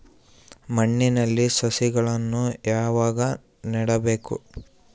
ಮಣ್ಣಿನಲ್ಲಿ ಸಸಿಗಳನ್ನು ಯಾವಾಗ ನೆಡಬೇಕು?